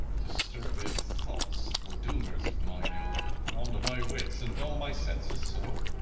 disturbed thoughts, foredoomers of mine ill, confound my wits, and dull my senses so,